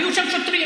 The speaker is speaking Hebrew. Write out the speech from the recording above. היו שם שוטרים.